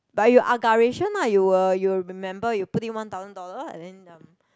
but you agaration lah you will you will remember you put in one thousand dollar and then um